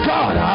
God